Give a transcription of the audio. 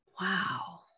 wow